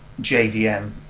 JVM